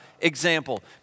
example